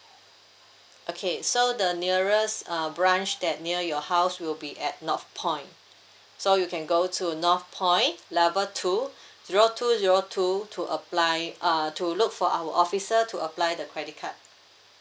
okay so the nearest uh branch that near your house will be at northpoint so you can go to northpoint level two zero two zero two to apply uh to look for our officer to apply the credit card